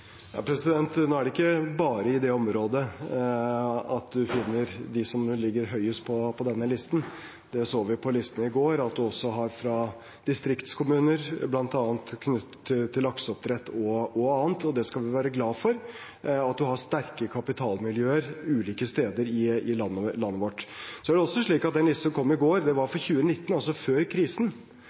Nå er det ikke bare i det området at man finner dem som ligger høyest på denne listen. Det så vi på listen i går; det gjelder også distriktskommuner, bl.a. knyttet til lakseoppdrett og annet. Og det skal vi være glad for, at man har sterke kapitalmiljøer ulike steder i landet vårt. Den listen som kom i går, var for 2019, altså før krisen.